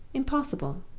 impossible!